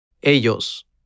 Ellos